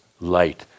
light –